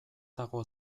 dago